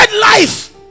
life